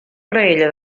graella